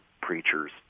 preachers